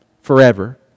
forever